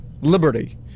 Liberty